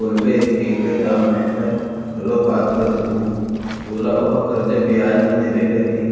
बोलबे कइबे त मैंहर घलौ बात कर दूहूं तोला ओहा करजा बियाज म देबे करही